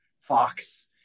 Fox